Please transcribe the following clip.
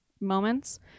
moments